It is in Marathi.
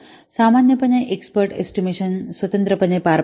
सामान्य पणे एक्स्पर्ट एस्टिमेशन स्वतंत्रपणे पार पाडतील